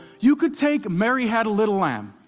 you could take mary had a little lamb,